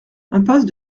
impasse